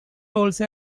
also